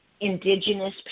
indigenous